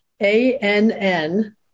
A-N-N